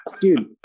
Dude